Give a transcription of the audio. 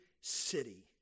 city